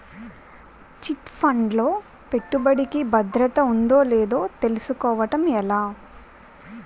Chit fund లో పెట్టుబడికి భద్రత ఉందో లేదో తెలుసుకోవటం ఎలా?